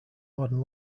modern